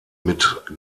mit